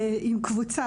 עם קבוצה,